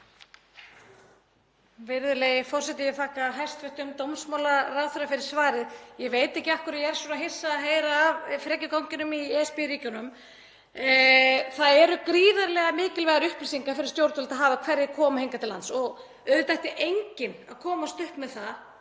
Virðulegi forseti. Ég þakka hæstv. dómsmálaráðherra fyrir svarið. Ég veit ekki af hverju ég er svona hissa að heyra af frekjuganginum í ESB-ríkjunum. Það eru gríðarlega mikilvægar upplýsingar fyrir stjórnvöld að hafa hverjir koma hingað til lands og auðvitað ætti enginn að komast upp með það